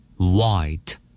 White